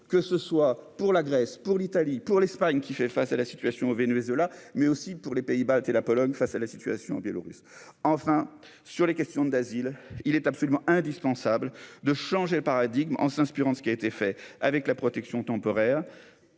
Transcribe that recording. que ce soit pour la Grèce pour l'Italie pour l'Espagne, qui fait face à la situation au Venezuela mais aussi pour les pays baltes et la Pologne face à la situation en Biélorussie enfreint, sur les questions d'asile il est absolument indispensable de changer de paradigme en s'inspirant de ce qui a été fait avec la protection temporaire